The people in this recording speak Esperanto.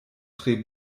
tre